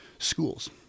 Schools